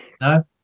No